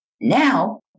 Now